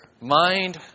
mind